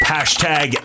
Hashtag